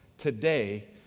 Today